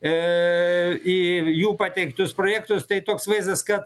į jų pateiktus projektus tai toks vaizdas kad